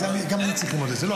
גם אני צריך ללמוד את זה.